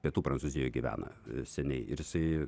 pietų prancūzijoj gyvena seniai ir jisai